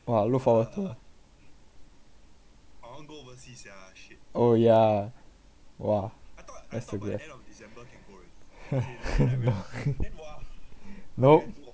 !wah! look forward to oh ya !wah! that so good ah nope